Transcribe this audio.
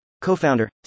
co-founder